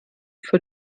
für